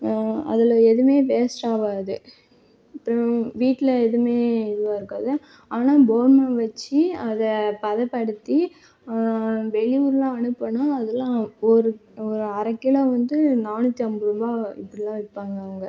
ம் அதில் எதுவுமே வேஸ்ட் ஆகாது அப்புறம் வீட்டில் எதுவுமே இதுவாக இருக்காது ஆனால் போன்னை வச்சு அதை பதப்படுத்தி வெளியூரில் அனுப்பணும் அதை எல்லாம் ஒரு ஒரு அரை கிலோ வந்து நானூற்றி ஐம்பது ரூபாய் இப்படி தான் விற்பாங்க அவங்க